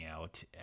out